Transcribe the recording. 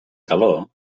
calor